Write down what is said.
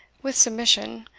with submission,